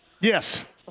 Yes